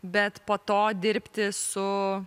bet po to dirbti su